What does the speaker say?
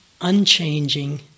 unchanging